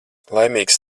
laimīgs